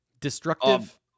destructive